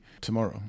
tomorrow